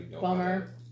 Bummer